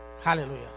Hallelujah